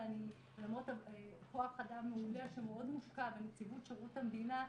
ולמרות כוח אדם מעולה שמאוד מושקע בנציבות שירות המדינה,